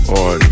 on